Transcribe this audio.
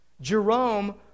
Jerome